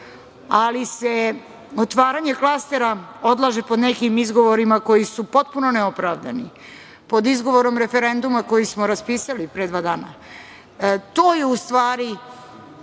ali se otvaranje klastera odlaže pod nekim izgovorima koji su potpuno neopravdani, pod izgovorom referenduma koji smo raspisali pre dva dana. To je u stvari